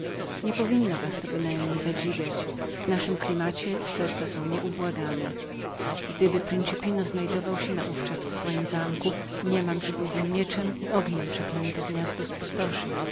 nie powinno was to bynajmniej zadziwiać w naszym klimacie serca są nieubłagane gdyby principino był naówczas znajdował się w swoim zamku mniemam że byłbym mieczem i ogniem przeklęte gniazdo